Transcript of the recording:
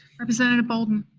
representative bolden?